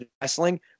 wrestling